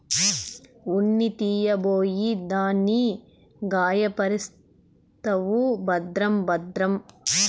ఉన్ని తీయబోయి దాన్ని గాయపర్సేవు భద్రం భద్రం